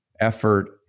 effort